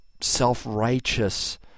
self-righteous